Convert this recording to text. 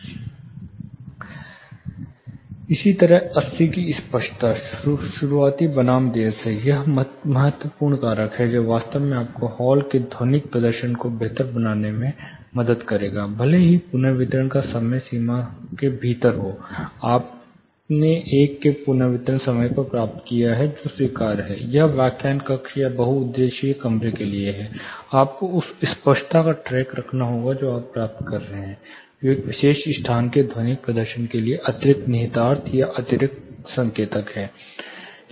C5010 log E50 E∞−E50 dB Where E sound energy इसी तरह 80 की स्पष्टता शुरुआती बनाम देर से यह महत्वपूर्ण कारक है जो वास्तव में आपको हॉल के ध्वनिक प्रदर्शन को बेहतर बनाने में मदद करेगा भले ही पुनर्वितरण का समय सीमा के भीतर हो आपने एक के पुनर्वितरण समय को प्राप्त किया है जो स्वीकार्य है एक व्याख्यान कक्ष या एक बहुउद्देशीय कमरे के लिए आपको उस स्पष्टता का ट्रैक रखना होगा जो आप प्राप्त कर रहे हैं जो एक विशेष स्थान के ध्वनिक प्रदर्शन के लिए एक अतिरिक्त निहितार्थ या अतिरिक्त संकेतक है